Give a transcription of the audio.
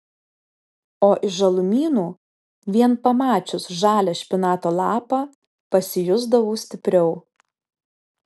o iš žalumynų vien pamačius žalią špinato lapą pasijusdavau stipriau